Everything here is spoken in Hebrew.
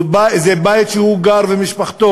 זה בית שהוא גר בו, הוא ומשפחתו.